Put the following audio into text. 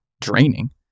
draining